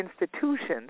institutions